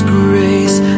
grace